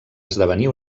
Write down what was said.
esdevenir